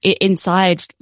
inside